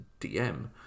DM